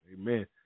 Amen